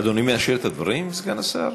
אדוני מאשר את הדברים, סגן השר?